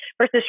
versus